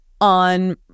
on